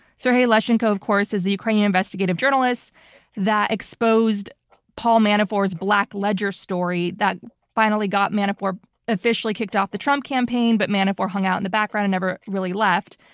serhiy leshchenko, of course, is the ukrainian investigative journalist that exposed paul manafort's black ledger story that finally got manafort officially kicked off the trump campaign, but manafort hung out in the background and never really left.